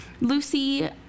Lucy